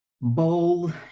Bold